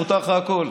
מותר לך הכול,